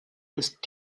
ist